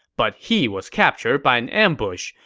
but he was captured by an ambush.